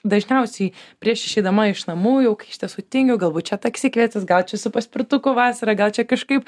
dažniausiai prieš išeidama iš namų jau iš tiesų tingiu galbūt čia taksi kviestis gal čia su paspirtuku vasara gal čia kažkaip